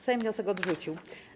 Sejm wniosek odrzucił.